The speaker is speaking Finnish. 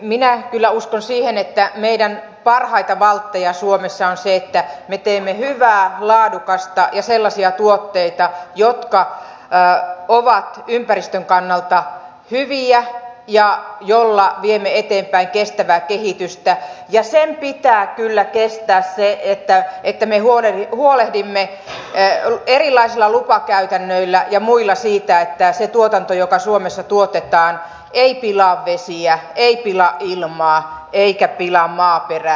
minä kyllä uskon siihen että meidän parhaita valttejamme suomessa on se että me teemme hyviä laadukkaita ja sellaisia tuotteita jotka ovat ympäristön kannalta hyviä ja joilla viemme eteenpäin kestävää kehitystä ja sen pitää kyllä kestää se että me huolehdimme erilaisilla lupakäytännöillä ja muilla siitä että se tuotanto joka suomessa tuotetaan ei pilaa vesiä ei pilaa ilmaa eikä pilaa maaperää